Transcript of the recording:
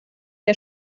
der